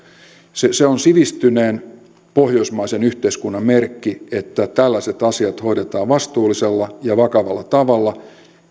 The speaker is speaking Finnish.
se se on sivistyneen pohjoismaisen yhteiskunnan merkki että tällaiset asiat hoidetaan vastuullisella ja vakavalla tavalla